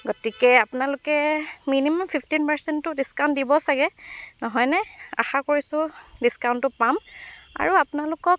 গতিকে আপোনালোকে minimum fifteen পাৰ্চেন্টটতো ডিছকাউন্ট দিব ছাগে নহয়নে আশা কৰিছোঁ ডিছকাউন্টটো পাম আৰু আপোনালোকক